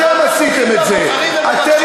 אתם מגבים את זועבי,